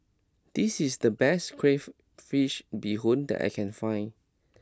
this is the best Crayfish Beehoon that I can find